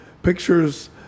pictures